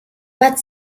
but